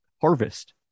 harvest